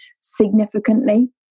significantly